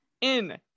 in-